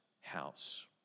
house